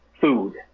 food